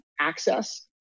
access